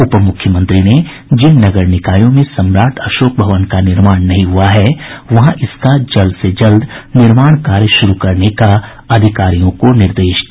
उप मुख्यमंत्री ने जिन नगर निकायों में सम्राट अशोक भवन का निर्माण नहीं हुआ है वहां इसका जल्द से जल्द निर्माण कार्य शुरू करने का अधिकारियों को निर्देश दिया